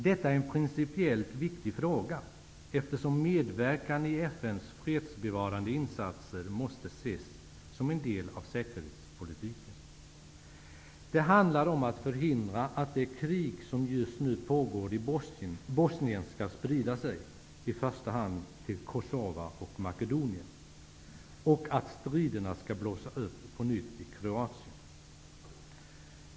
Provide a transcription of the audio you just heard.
Detta är en principiellt viktig fråga, eftersom medverkan i FN:s fredsbevarande insatser måste ses som en del av säkerhetspolitiken. Det handlar om att förhindra att det krig som just nu pågår i Bosnien skall sprida sig -- i första hand till Kosova och Makedonien -- och att striderna skall blossa upp på nytt i Kroatien.